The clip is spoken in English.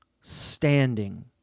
Standing